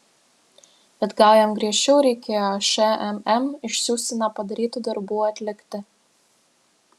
bet gal jam griežčiau reikėjo šmm išsiųsti nepadarytų darbų atlikti